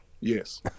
yes